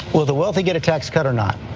will the wealthy get a tax cut or not?